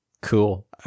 Cool